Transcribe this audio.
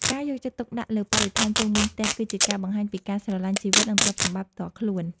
ការយកចិត្តទុកដាក់លើបរិស្ថានជុំវិញផ្ទះ គឺជាការបង្ហាញពីការស្រឡាញ់ជីវិត និងទ្រព្យសម្បត្តិផ្ទាល់ខ្លួន។